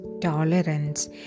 tolerance